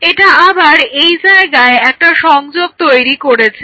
এটা আবার এই জায়গায় একটা সংযোগ তৈরি করেছে